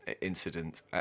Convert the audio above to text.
incident